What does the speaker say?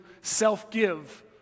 self-give